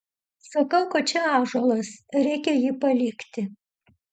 sakau kad čia ąžuolas reikia jį palikti